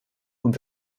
und